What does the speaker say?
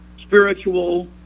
spiritual